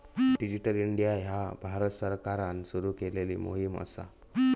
digital India ह्या भारत सरकारान सुरू केलेली मोहीम असा